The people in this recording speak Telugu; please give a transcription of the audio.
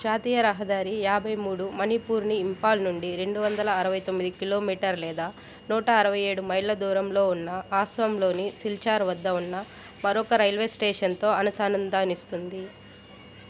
జాతీయ రహదారి యాభై మూడు మణిపూర్ని ఇంఫాల్ నుండి రెండు వందల అరవై తొమ్మిది కిలోమీటర్ లేదా నూట అరవై ఏడు మైళ్ళ దూరంలో ఉన్న ఆసోమ్లోని సిల్చార్ వద్ద ఉన్న మరొక రైల్వే స్టేషన్తో అనుసంధానిస్తుంది